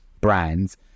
brands